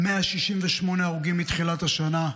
168 הרוגים מתחילת השנה.